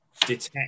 detect